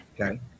Okay